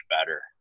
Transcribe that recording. better